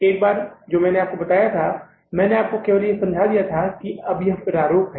एक बार जो मैंने आपको यह बताया था मैंने आपको केवल यह समझा दिया था कि अब यह प्रारूप है